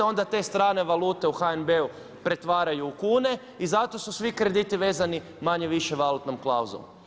Onda te strane valute u HNB-u pretvaraju u kune i zato su svi krediti vezani manje-više valutnom klauzulom.